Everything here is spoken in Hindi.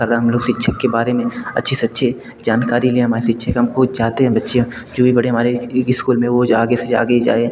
कर रहा हम लोग शिक्षक के बार में अच्छी से अच्छी जानकारी लें हमारे शिक्षक हम को चाहते हैं बच्चे जो भी पढ़े हमारे इस्कूल में वो आगे से आगे जाएँ